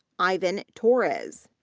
ivan torres,